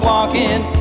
Walking